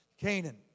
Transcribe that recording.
Canaan